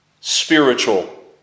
spiritual